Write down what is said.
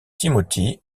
timothy